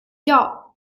jag